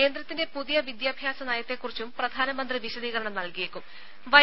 കേന്ദ്രത്തിന്റെ പുതിയ വിദ്യാഭ്യാസ നയത്തെക്കുറിച്ചും പ്രധാനമന്ത്രി വിശദീകരണം വൈകിട്ട് നൽകിയേക്കും